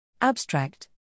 Abstract